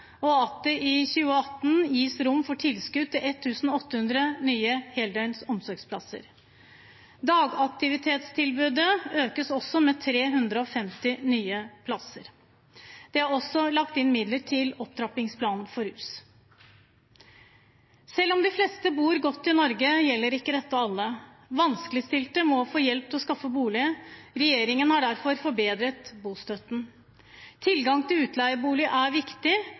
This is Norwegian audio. og at det i 2018 gis rom for tilskudd til 1 800 nye heldøgns omsorgsplasser. Dagaktivitetstilbudet økes med 350 nye plasser. Det er også lagt inn midler til opptrappingsplanen mot rus. Selv om de fleste bor godt i Norge, gjelder ikke dette alle. Vanskeligstilte må få hjelp til å skaffe seg bolig. Regjeringen har derfor forbedret bostøtten. Tilgang til utleiebolig er viktig,